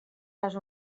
les